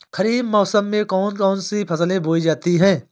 खरीफ मौसम में कौन कौन सी फसलें बोई जाती हैं?